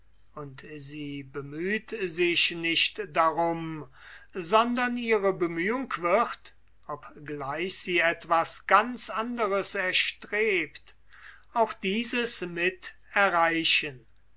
und sie bemüht sich nicht darum sondern ihre bemühung wird obgleich sie etwas ganz anderes erstrebt auch dieses mit erreichen